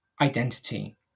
identity